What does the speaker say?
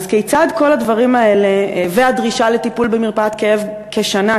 אז כיצד כל הדברים האלה והדרישה לטיפול במרפאת כאב כשנה,